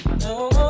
no